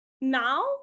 now